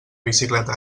bicicleta